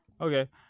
Okay